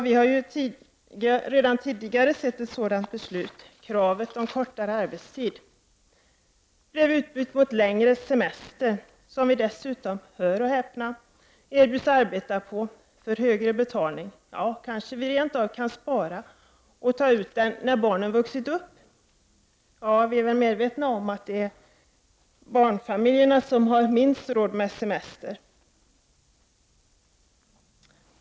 Vi har ju redan tidigare sett ett sådant beslut. Kravet på kortare arbetstid blev utbytt mot längre semester, och under den erbjuds vi dessutom — hör och häpna — att arbeta mot högre betalning. Ja, kanske vi rent av kan spara semestern och ta ut den när barnen vuxit upp. Vi är väl alla medvetna om att de som minst har råd med semester är barnfamiljerna.